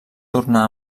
tornar